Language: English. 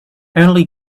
only